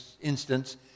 instance